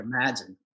Imagine